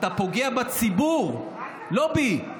אתה פוגע בציבור, לא בי.